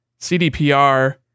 CDPR